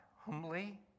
humbly